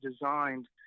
designed